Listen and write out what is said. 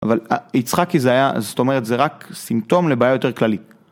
אבל יצחקי זה היה, זאת אומרת, זה רק סימפטום לבעיה יותר כללית.